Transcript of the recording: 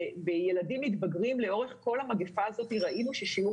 בילדים מתבגרים לאורך כל המגפה הזאת ראינו ששיעור